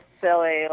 silly